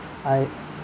I